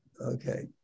Okay